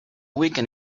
weekend